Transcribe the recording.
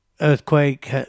earthquake